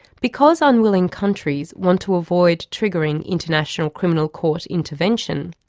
because unwilling countries want to avoid triggering international criminal court intervention,